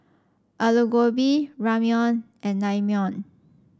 Alu Gobi Ramyeon and Naengmyeon